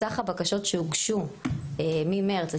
מסך הבקשות שהוגשו ממרץ,